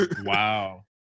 Wow